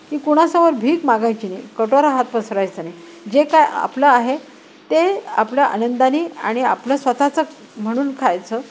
की कुणासमोर भीक मागायची नाही कटोरा हात पसरायचं नाही जे काय आपलं आहे ते आपल्या आनंदानी आणि आपलं स्वताःचं म्हणून खायचं